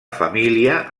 família